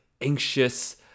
anxious